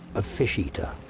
a fish-eater.